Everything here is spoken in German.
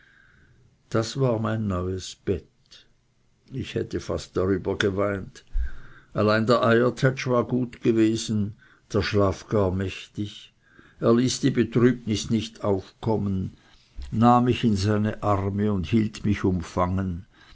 das war mein neues bett ich hätte fast darüber geweint allein der eiertätsch war gut gewesen der schlaf gar mächtig er ließ die betrübnis nicht aufkommen nahm mich in seine arme und hielt mich umfangen